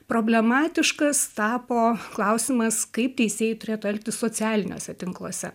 problematiškas tapo klausimas kaip teisėjai turėtų elgtis socialiniuose tinkluose